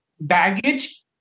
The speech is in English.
baggage